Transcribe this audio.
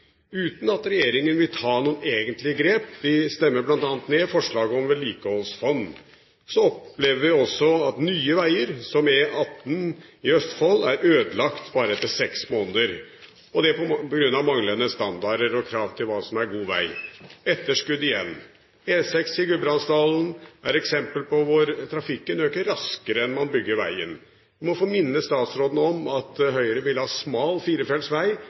uten at regjeringen vil ta noen egentlige grep. En stemmer bl.a. ned forslaget om vedlikeholdsfond. Så opplever vi også at nye veger, som E18 i Østfold, er ødelagt bare etter seks måneder, og det på grunn av manglende standarder og krav til hva som er god veg – etterskudd igjen. E6 i Gudbrandsdalen er eksempel på at trafikken øker raskere enn man bygger vegen. Jeg må få minne statsråden om at Høyre vil ha smal firefelts